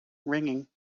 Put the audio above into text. ringing